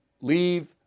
leave